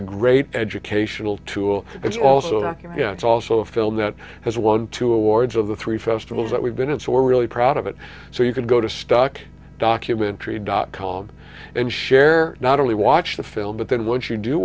a great educational tool it's also it's also a film that has won two awards of the three festivals that we've been in so we're really proud of it so you can go to stock documentary dot com and share not only watch the film but then once you do